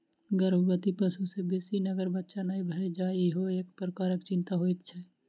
गर्भवती पशु सॅ बेसी नर बच्चा नै भ जाय ईहो एक प्रकारक चिंता होइत छै